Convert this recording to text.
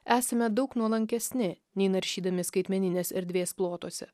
esame daug nuolankesni nei naršydami skaitmeninės erdvės plotuose